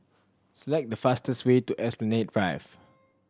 select the fastest way to Esplanade Drive